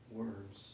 words